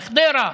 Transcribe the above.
בחדרה,